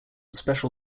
special